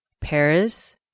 Paris